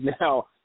now